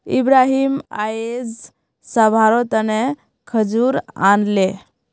इब्राहिम अयेज सभारो तने खजूर आनले